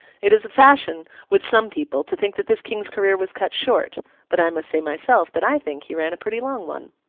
it is a fashion with some people to think that this king's career was cut short but i must say myself that i think he ran a pretty long one.